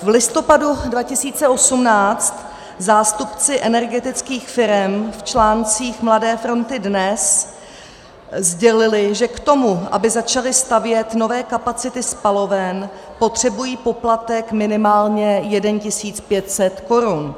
V listopadu 2018 zástupci energetických firem v článcích Mladé fronty Dnes sdělili, že k tomu, aby začaly stavět nové kapacity spaloven, potřebují poplatek minimálně 1 500 korun.